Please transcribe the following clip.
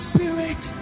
Spirit